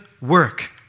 work